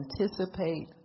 anticipate